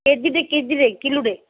କେଜିଟେ କେଜିଟେ କିଲୋଟେ